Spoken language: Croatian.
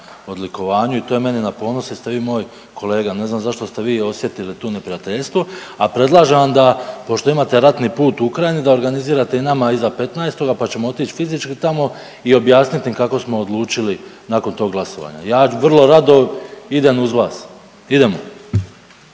odlikovanju i to je meni na ponos jel ste vi moj kolega. Ne znam zašto ste vi osjetili tu neprijateljstvo. A predlažem vam da pošto imate ratni put u Ukrajini da organizirate i nama iza 15. pa ćemo otići fizički tamo i objasnit im kako smo odlučili nakon tog glasovanja. Ja vrlo rado idem uz vas. Idemo.